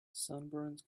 sunburns